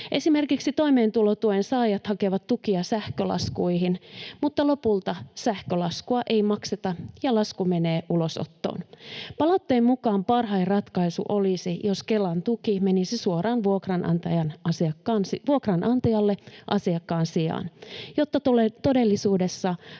Esimerkiksi toimeentulotuen saajat hakevat tukia sähkölaskuihin, mutta lopulta sähkölaskua ei makseta ja lasku menee ulosottoon. Palautteen mukaan parhain ratkaisu olisi, jos Kelan tuki menisi suoraan vuokranantajalle asiakkaan sijaan, jotta todellisuudessa